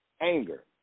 anger